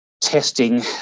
testing